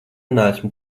neesmu